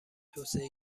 توسعه